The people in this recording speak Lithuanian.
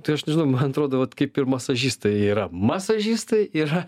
tai aš nežinau man atrodo vat kaip ir masažistai jie yra masažistai yra